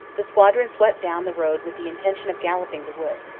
the squadron s vept down the road with the intention of galloping the wood.